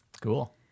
Cool